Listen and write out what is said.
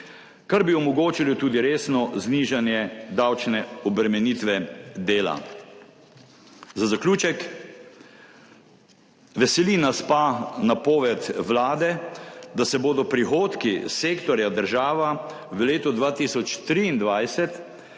kar bi omogočilo tudi resno znižanje davčne obremenitve dela. Za zaključek veseli nas pa napoved Vlade, da se bodo prihodki sektorja država v letu 2023